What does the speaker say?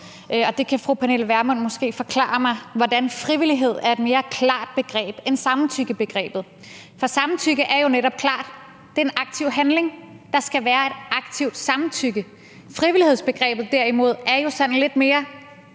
det kan fru Pernille Vermund måske forklare mig, hvordan frivillighed er et mere klart begreb end samtykkebegrebet, for samtykke er jo netop klart: Det er en aktiv handling; der skal være et aktivt samtykke. Frivillighedsbegrebet derimod er jo sådan lidt mere